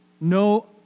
No